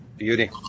Beauty